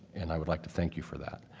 and i would like to thank you for that.